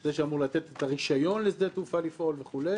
זה שאמור לתת את הרישיון לשדה התעופה לפעול וכו',